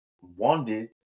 wanted